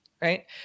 Right